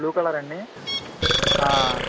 blue కలరా అండి